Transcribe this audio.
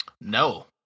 No